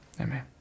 Amen